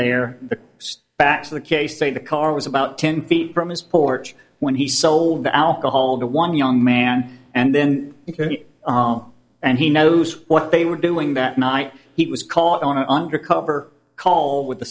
there in the back of the case say the car was about ten feet from his porch when he sold the alcohol to one young man and then om and he knows what they were doing that night he was caught on an undercover call with the